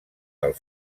del